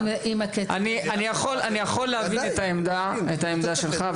אני יכול להבין את העמדה שלך,